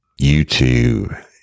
YouTube